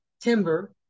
timber